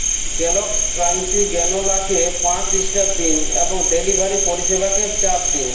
Kellogg's crunchy granola কে পাঁচ star দিন এবং ডেলিভারি পরিষেবাকে চার দিন